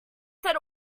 said